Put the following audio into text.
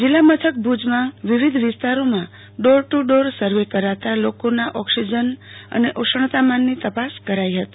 જીલ્લા મથક ભુજમાં વિવિધ વિસ્તરોમાં ડોર ટુ ડોર સર્વે કરતા લોકોના ઓક્સીજન અને ઉષ્ણતામાનની તપાસ કરાઈ હતી